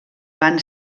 van